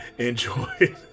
Enjoy